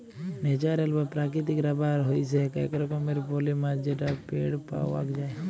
natural বা প্রাকৃতিক rubber হইসেক এক রকমের পলিমার যেটা পেড় পাওয়াক যায়